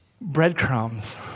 Breadcrumbs